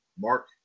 Mark